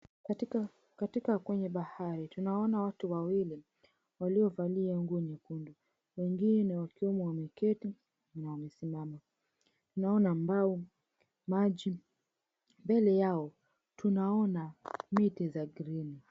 Katika kwenye bahari tunaona watu wawili walio valia nguo nyekundu. Wengine wakiwa wameketi na wamesimama. Naona mbao, maji mbele yao tunaona miti za (cs)green(cs).